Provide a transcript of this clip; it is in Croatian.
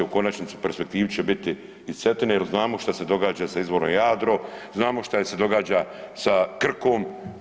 U konačnici perspektiva će biti iz Cetine jer znamo što se događa sa izvorom Jadro, znamo što se događa sa Krkom.